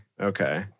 Okay